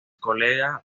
colega